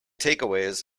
takeaways